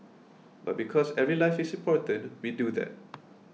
but because every life is important we do that